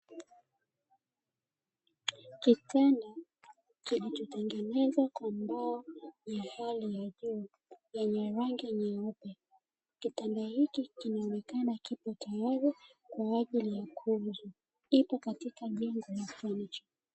Kitanda kilichotengenezwa kwa mbao ya hali ya juu yenye rangi nyeupe, kitanda hiki kinaonekana kipo tayari kwaajili ya kuuzwa, ipo katika jengo la fenicha.